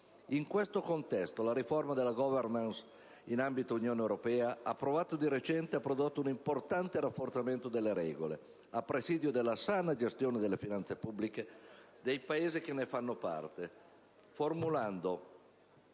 In questo contesto, la riforma della *governance* in ambito di Unione europea, approvata di recente, ha prodotto un importante rafforzamento delle regole a presidio della sana gestione delle finanze pubbliche dei Paesi che ne fanno parte, formulando